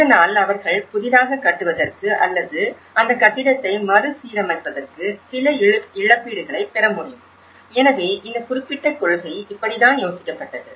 இதனால் அவர்கள் புதிதாக கட்டுவதற்கு அல்லது அந்த கட்டிடத்தை மறுசீரமைப்பதற்கு சில இழப்பீடுகளைப் பெற முடியும் எனவே இந்த குறிப்பிட்ட கொள்கை இப்படி தான் யோசிக்கப்பட்டது